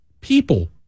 people